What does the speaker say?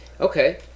Okay